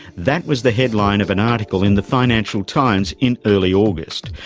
that was the headline of an article in the financial times in early august.